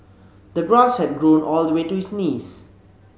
the grass had grown all the way to his knees